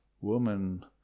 woman